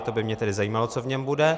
To by mě tedy zajímalo, co v něm bude.